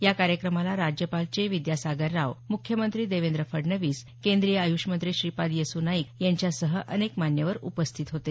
या कार्यक्रमाला राज्यपाल चे विद्यासागर राव मुख्यमंत्री देवेंद्र फडणवीस केंद्रीय आयुष मंत्री श्रीपाद येसू नाईक यांच्यासह अनेक मान्यवर उपस्थित होते